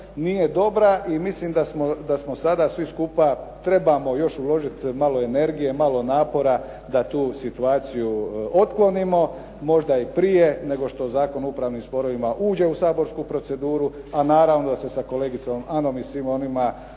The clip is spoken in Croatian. Nije dobra i mislim da smo sada svi skupa, trebamo još uložiti malo energije, malo napora da tu situaciju otklonimo, možda i prije nego što Zakon o upravnim sporovima uđe u saborsku proceduru, a naravno da se sa kolegicom Anom i svima onima